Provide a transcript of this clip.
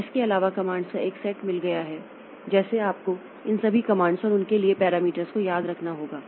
तो इसके अलावा कमांड्स का एक सेट मिल गया है जैसे आपको उन सभी कमांड्स और उनके लिए पैरामीटर्स को याद रखना होगा